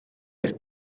del